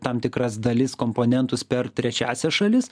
tam tikras dalis komponentus per trečiąsias šalis